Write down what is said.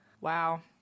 Wow